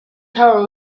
tower